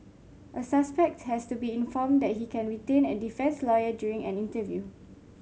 a suspect has to be informed that he can retain a defence lawyer during an interview